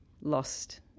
lost